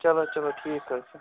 چلو چلو ٹھیٖک حظ چھُ